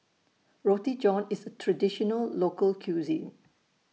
Roti John IS A Traditional Local Cuisine